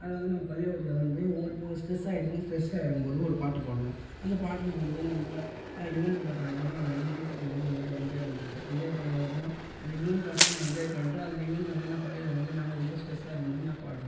அதை வந்து நம்ம பள்ளிக்கூடத்தில் வந்து ஓர் இப்போ ஒரு ஸ்ட்ரெஸ் ஆகிடுச்சினா ஸ்ட்ரெஸ்ஸாக இருக்கும் போது ஒரு பாட்டு பாடுவோம் அந்த பாட்டில் வந்து நம்ம யுவன் ஷங்கர் ராஜானா அவர் வந்து மியூசிக்கை வந்து நல்லா என்ஜாய் பண்ணுவார் என்ஜாய் பண்ணதுகப்புறோம் அந்த யுவன் பாஸே நான் என்ஜாய் பண்ணிட்டு அந்த யுவன் ஷங்கர் நான் அப்போவே வந்து நாங்கள் ரொம்ப ஸ்ட்ரெஸ்ஸாக இருக்கும் போது நான் பாடுவேன்